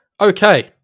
Okay